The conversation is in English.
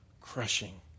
crushing